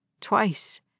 twice